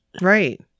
right